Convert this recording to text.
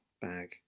bag